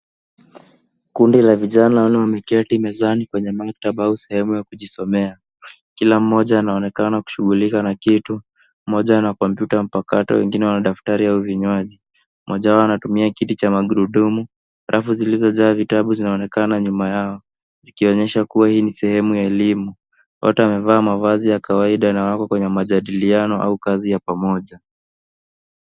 Kundi la vijana wanne wameketi mezani kwenye maktaba au sehemu ya kujisomea. Kila mmoja anaonekana kushughulika na kitu. Mmoja ana kompyuta mpakato wengine wana daftari au vinywaji. Mmojawapo anatumia kiti cha magrudumu. Rafu zilizojaa vitabu zinaonekana nyuma yao zikionyesha kuwa hii ni sehemu ya elimu. Wote wamevaa mavazi ya kawaida na wako kwenye majadiliano au kazi ya pamoja.